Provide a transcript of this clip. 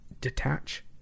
detach